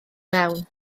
mewn